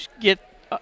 get